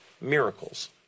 miracles